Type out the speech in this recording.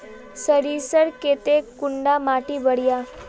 सरीसर केते कुंडा माटी बढ़िया?